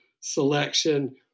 selection